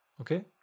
Okay